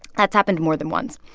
that's happened more than once.